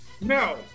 No